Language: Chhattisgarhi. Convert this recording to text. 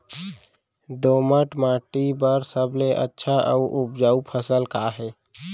दोमट माटी बर सबले अच्छा अऊ उपजाऊ फसल का हे?